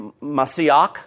messiah